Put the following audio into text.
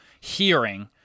hearing